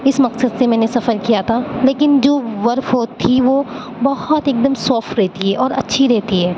اس مقصد سے میں نے سفر کیا تھا لیکن جو برف تھی وہ بہت ایک دم سافٹ رہتی ہے اور اچھی رہتی ہے